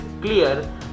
clear